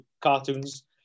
cartoons